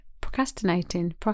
Procrastinating